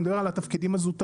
אני מדבר על התפקידים הזוטרים